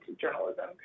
journalism